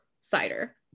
cider